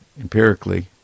empirically